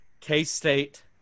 K-State